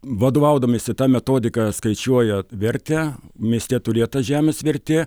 vadovaudamiesi ta metodika skaičiuoja vertę mieste turėtos žemės vertė